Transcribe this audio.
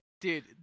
Dude